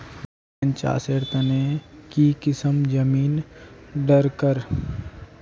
बैगन चासेर तने की किसम जमीन डरकर?